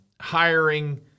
hiring